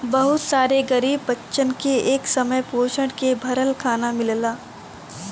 बहुत सारे भूखे गरीब बच्चन के एक समय पोषण से भरल खाना मिलला